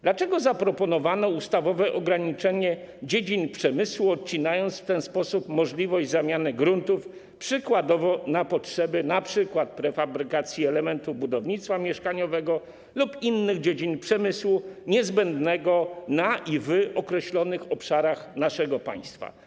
Dlaczego zaproponowano ustawowe ograniczenie dziedzin przemysłu, odcinając w ten sposób możliwość zamiany gruntów na potrzeby np. prefabrykacji elementów budownictwa mieszkaniowego lub innych dziedzin przemysłu niezbędnego na określonych obszarach naszego państwa?